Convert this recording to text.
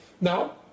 Now